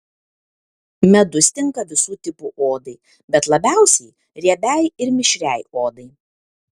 medus tinka visų tipų odai bet labiausiai riebiai ir mišriai odai